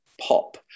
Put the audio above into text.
pop